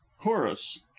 chorus